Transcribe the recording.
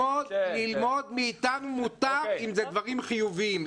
ללמוד מאתנו מותר אם זה דברים חיוביים.